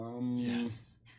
Yes